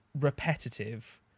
repetitive